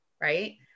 right